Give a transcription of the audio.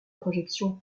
projection